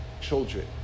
children